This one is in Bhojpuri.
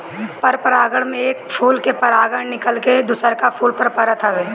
परपरागण में एक फूल के परागण निकल के दुसरका फूल पर परत हवे